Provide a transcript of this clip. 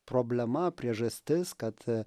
problema priežastis kad